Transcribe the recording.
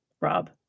Rob